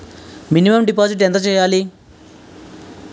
Minimum deposit ఎంత చెయ్యాలి?